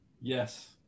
Yes